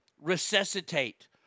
resuscitate